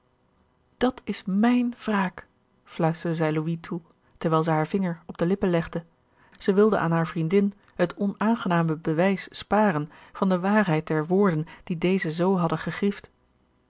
dat is mijn wraak fluisterde zij louis toe terwijl zij haar vinger op de lippen legde zij wilde aan haar vriendin het onaangename bewijs sparen van de waarheid der woorden die deze zoo hadden gegriefd